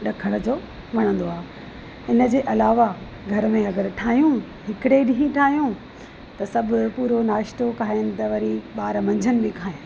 ॾखण जो वणंदो आहे इन जे अलावा घर में अगरि ठाहियूं हिकिड़े ॾींहं बि ठाहियूं त सभु पूरो नाश्तो खाइनि त वरी ॿार मंझंदि बि खाए